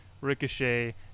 Ricochet